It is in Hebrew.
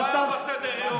זה לא היה בסדר-יום.